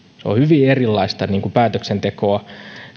on hyvin erilaista päätöksentekoa